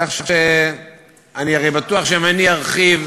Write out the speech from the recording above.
כך שהרי אני בטוח שאם אני ארחיב,